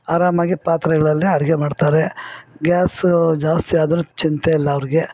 ಆರಾಮಾಗಿ ಪಾತ್ರೆಗಳಲ್ಲೇ ಅಡಿಗೆ ಮಾಡ್ತಾರೆ ಗ್ಯಾಸು ಜಾಸ್ತಿ ಆದರು ಚಿಂತೆ ಇಲ್ಲ ಅವ್ರಿಗೆ